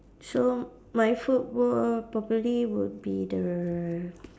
so my food will probably would be the